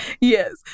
Yes